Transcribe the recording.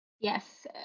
Yes